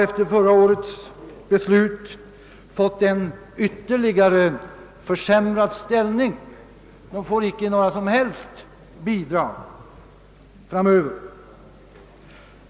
Efter förra årets beslut har dessa fått en ytterligare försämrad ställning. De erhåller framöver icke några som helst bidrag.